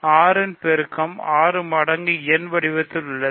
6 இன் பெருக்கம் 6 மடங்கு n வடிவத்தில் உள்ளது